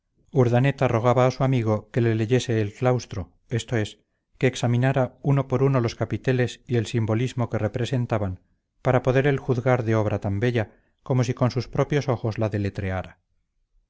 urdaneta rogaba a su amigo que le leyese el claustro esto es que examinara uno por uno los capiteles y el simbolismo que representaban para poder él juzgar de obra tan bella como si con sus propios ojos la deletreara